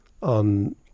on